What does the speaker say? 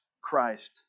Christ